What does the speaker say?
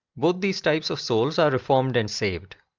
both these types of souls are reformed and saved.